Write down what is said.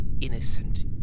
innocent